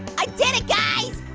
i did it, guys.